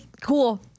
Cool